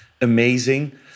amazing